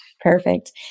Perfect